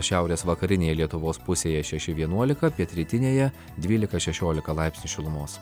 šiaurės vakarinėje lietuvos pusėje šeši vienuolika pietrytinėje dvylika šašiolika laipsnių šilumos